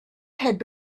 had